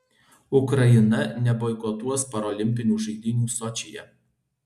ukraina neboikotuos parolimpinių žaidynių sočyje